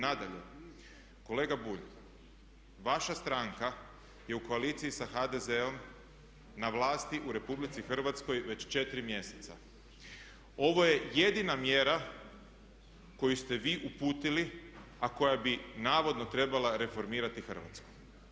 Nadalje, kolega Bulj vaša stranka je u koaliciji sa HDZ-om na vlasti u RH već 4 mjeseca, ovo je jedina mjera koju ste vi uputili a koja bi navodno trebala reformirati Hrvatsku.